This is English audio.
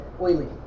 oily